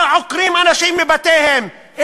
העוקרים אנשים מבתיהם,